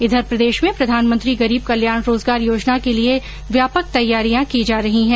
इधर प्रदेश में प्रधानमंत्री गरीब कल्याण रोजगार योजना के लिए व्यापक तैयारियां की जा रही है